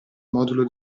modulo